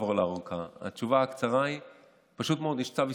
עבודות ההנגשה כוללות יצירת שביל